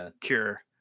cure